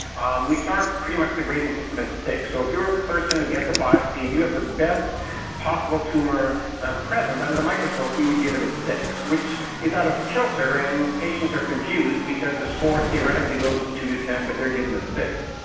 um we start pretty much the grading system at six. so if you are a person who gets a biopsy and you have the best possible tumour present under the microscope we would give it a six, which is out of kilter and patients are confused because the score theoretically goes from two to ten but they are given a six.